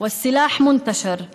ביישובים שלנו.